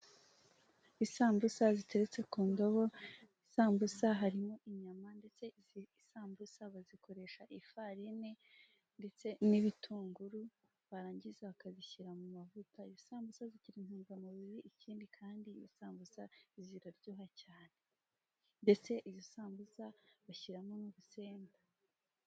Isambusa ziteretse ku ndobo, isambusa harimo inyama ndetse isambusa bazikoresha ifarine ndetse n'ibitunguru barangiza bakabishyira mu mavuta. Isambusa zizigira intungamubiri ikindi kandi isambusa ziraryoha cyane mbese izi sambusa bashyiramo n'urusenda.